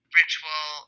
ritual